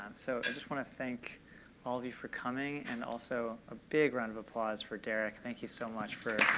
so i just want to thank all of you for coming and also, a big round of applause for derek. thank you so much for